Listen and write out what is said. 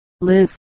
live